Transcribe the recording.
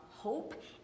Hope